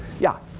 yeah?